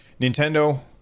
Nintendo